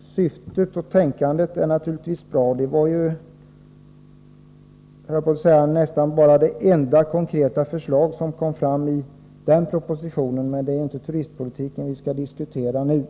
Syftet är naturligtvis bra. Det var ju, höll jag på att säga, det enda konkreta förslaget i propositionen. Men det är inte turistpolitik vi skall diskutera nu.